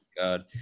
God